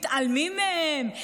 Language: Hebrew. מתעלמים מהם.